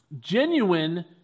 genuine